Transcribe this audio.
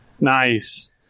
Nice